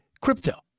crypto